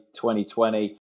2020